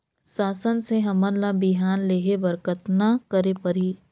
शासन से हमन ला बिहान लेहे बर कतना करे परही?